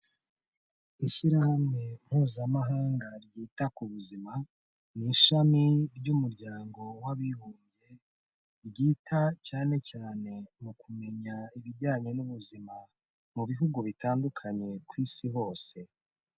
Ishyirahamwe mpuzamahanga ryita ku buzima, ni ishami ry'umuryango w'abibumbye ryita cyane cyane mu kumenya ibijyanye n'ubuzima mu bihugu bitandukanye ku isi hose.